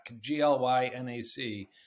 G-L-Y-N-A-C